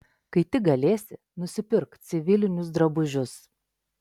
kai tik galėsi nusipirk civilinius drabužius